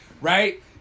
Right